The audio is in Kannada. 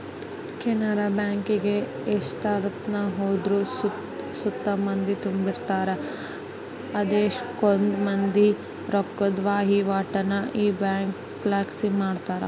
ಕೆನರಾ ಬ್ಯಾಂಕಿಗೆ ಎಷ್ಟೆತ್ನಾಗ ಹೋದ್ರು ಸುತ ಮಂದಿ ತುಂಬಿರ್ತಾರ, ಅಷ್ಟಕೊಂದ್ ಮಂದಿ ರೊಕ್ಕುದ್ ವಹಿವಾಟನ್ನ ಈ ಬ್ಯಂಕ್ಲಾಸಿ ಮಾಡ್ತಾರ